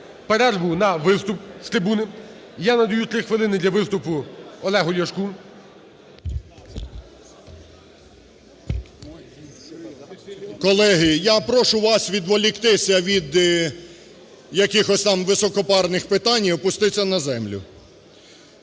перерву на виступ з трибуни. Я надаю 3 хвилини для виступу Олегу Ляшку. 16:58:04 ЛЯШКО О.В. Колеги, я прошу вас відволіктися від якихось там високопарних питань і опуститься на землю.